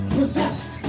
possessed